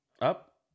Up